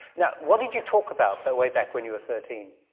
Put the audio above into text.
yeah what did you talk about but way back when you were thirteen?